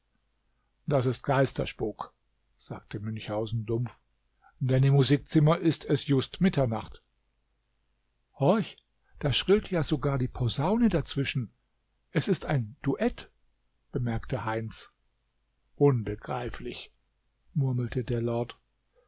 das ist geisterspuck sagte münchhausen dumpf denn im musikzimmer ist es just mitternacht horch da schrillt ja gar die posaune dazwischen es ist ein duett bemerkte heinz unbegreiflich murmelte der lord